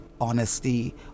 honesty